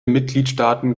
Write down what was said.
mitgliedstaaten